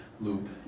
loop